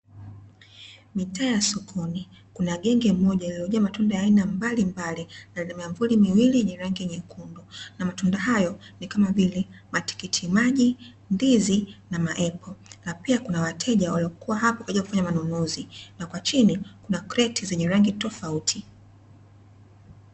Mitaa ya sokoni, kuna genge moja lililojaa matunda ya aina mbalimbali na miamvuli miwili yenye rangi nyekundu, na matunda hayo ni kama vile matikiti maji, ndizi, na maepo. Na pia kuna wateja waliokuwa hapo kwa ajili ya kufanya manunuzi na kwa chini, kuna kreti zenye rangi tofauti.